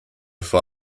vor